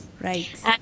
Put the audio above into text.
right